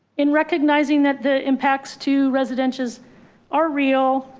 in recognizing that the impacts to residencies are real.